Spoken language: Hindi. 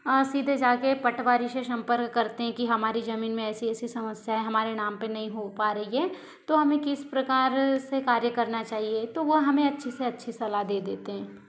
सीधे जाकर पटवारी से संपर्क करते हैं कि हमारी जमीन में ऐसी ऐसी समस्या है हमारे नाम पर नहीं हो पा रही है तो हमें किस प्रकार से कार्य करना चाहिए तो वो हमें अच्छी से अच्छी सलाह दे देते हैं